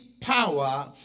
power